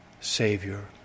Savior